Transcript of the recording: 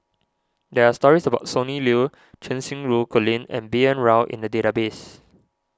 there are stories about Sonny Liew Cheng Xinru Colin and B N Rao in the database